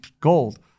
gold